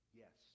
yes